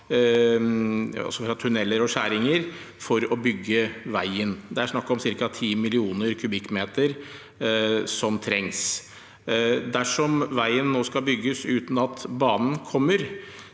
fra tunneler og skjæringer, for å bygge veien. Det er snakk om ca. 10 mill. m³ som trengs. Dersom veien nå skal bygges uten at banen kommer,